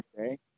Okay